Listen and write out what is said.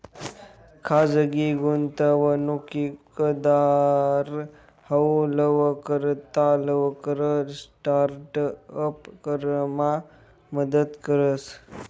खाजगी गुंतवणूकदार हाऊ लवकरात लवकर स्टार्ट अप करामा मदत करस